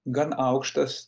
gan aukštas